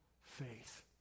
faith